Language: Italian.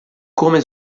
come